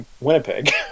Winnipeg